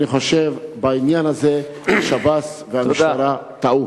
אני חושב שבעניין הזה שב"ס והמשטרה טעו.